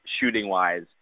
shooting-wise